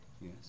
Yes